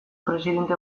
presidente